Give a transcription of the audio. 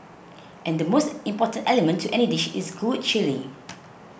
and the most important element to any dish is good chilli